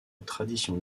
tradition